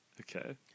Okay